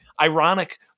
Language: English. ironic